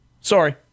Sorry